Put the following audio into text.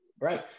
Right